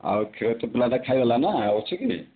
ଆଉ କ୍ଷୀର ତ ପିଲାଟା ଖାଇଗଲା ନା ଆଉ ଅଛି କି